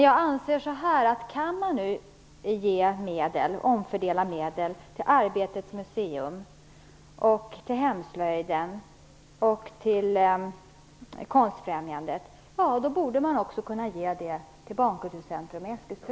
Jag anser dock att om man kan omfördela medel till Arbetets museum, till hemslöjden och till Konstfrämjandet, borde man också kunna ge pengar till